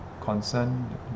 Concern